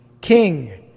King